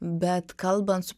bet kalbant su